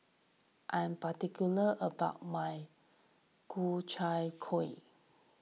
I am particular about my Ku Chai Kuih